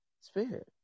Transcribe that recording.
spirit